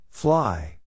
Fly